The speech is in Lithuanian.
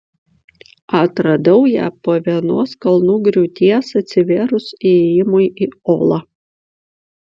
atradau ją po vienos kalnų griūties atsivėrus įėjimui į olą